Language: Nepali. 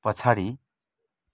पछाडि